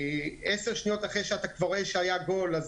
עשר שניות אחרי שאתה כבר רואה שהיה גול אתה